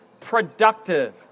productive